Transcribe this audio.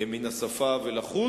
מן השפה ולחוץ.